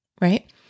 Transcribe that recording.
right